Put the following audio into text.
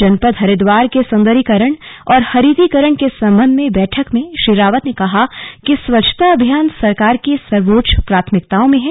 जनपद हरिद्वार के सौन्दर्यीकरण और हरितीकरण के सम्बन्ध में बैठक में श्री रावत ने कहा कि स्वच्छता अभियान सरकार की सर्वोच्च प्राथमिकताओं में है